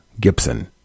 Gibson